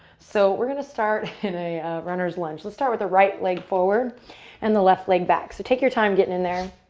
so we're going to start in a ah runner's lunge. let's start with the right leg forward and the left leg back. so take your time getting in there